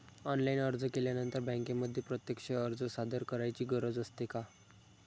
Online अर्ज केल्यानंतर बँकेमध्ये प्रत्यक्ष अर्ज सादर करायची गरज असते का?